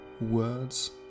words